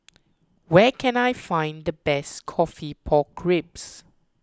where can I find the best Coffee Pork Ribs